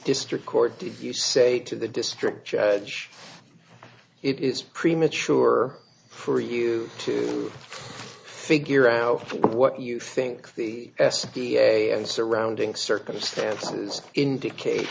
district court did you say to the district judge it is premature for you to figure out what you think the s b a and surrounding circumstances indicates